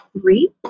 three